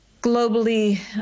globally